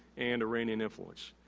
and iranian influence.